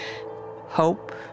Hope